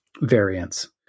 variants